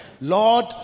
lord